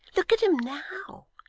look at em now.